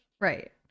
Right